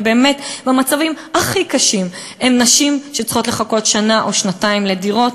ובאמת במצבים הכי קשים הן נשים שצריכות לחכות שנה או שנתיים לדירות,